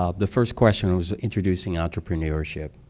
ah the first question was introducing entrepreneurship.